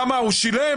כמה הוא שילם,